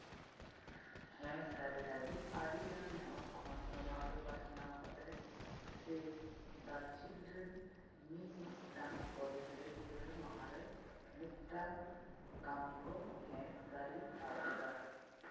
ᱦᱮᱸ ᱥᱟᱹᱨᱤ ᱞᱟᱹᱜᱤᱫ ᱟᱹᱰᱤᱜᱟᱱ ᱱᱮᱦᱚᱨ ᱠᱷᱚᱱ ᱱᱚᱣᱟᱜᱮ ᱵᱟᱪᱷᱱᱟᱣ ᱠᱟᱛᱮᱫ ᱥᱮ ᱫᱟ ᱪᱤᱞᱰᱨᱮᱱ ᱢᱤ ᱢᱤᱫᱴᱟᱝ ᱯᱨᱚᱫᱮᱥ ᱨᱮ ᱜᱤᱫᱽᱨᱟᱹ ᱢᱟᱦᱟᱨᱮ ᱢᱤᱫᱴᱟᱝ ᱠᱟᱹᱢᱤ ᱠᱚ ᱦᱮᱸ ᱥᱟᱹᱨᱤ ᱟᱠᱟᱫᱟ